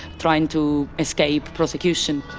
trying to escape prosecution.